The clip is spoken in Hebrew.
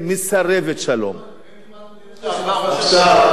תראה את כברת הדרך שעבר ראש הממשלה הנוכחי.